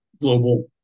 global